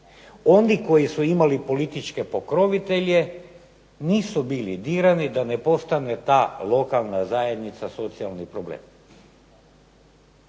Oni koji su imali političke pokrovitelje nisu bili dirani da ne postane ta lokalna zajednica socijalni problem.